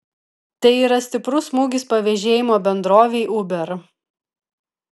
tai yra stiprus smūgis pavėžėjimo bendrovei uber